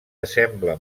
assembla